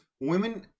women